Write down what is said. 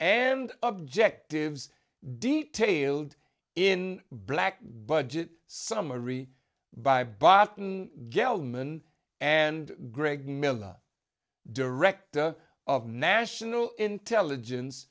and objectives detailed in black budget summary by button gellman and greg miller director of national intelligence